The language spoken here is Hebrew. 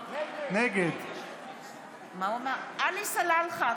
נגד איימן עודה,